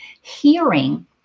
hearing